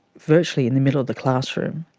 virtually in the middle of the classroom,